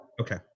Okay